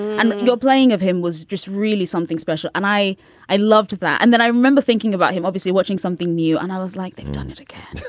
and playing of him was just really something special. and i i loved that. and then i remember thinking about him obviously watching something new. and i was like, they've done it again.